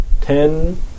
Ten